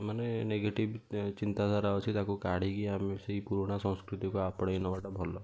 ମାନେ ନେଗେଟିଭ୍ ଚିନ୍ତାଧାରା ଅଛି ତାକୁ କାଢ଼ିକି ଆମେ ସେଇ ପୁରୁଣା ସଂସ୍କୃତିକୁ ଆପଣେଇ ନେବାଟା ଭଲ